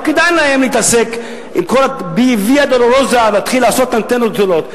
לא כדאי להן להתעסק עם כל הוויה-דולורוזה להתחיל לעשות אנטנות גדולות.